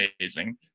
amazing